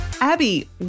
Abby